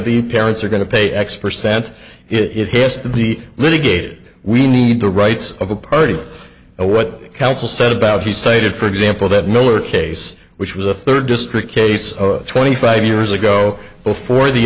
be parents are going to pay x percent it has to be litigated we need the rights of a party and what counsel said about he cited for example that nowhere case which was a third district case of twenty five years ago before the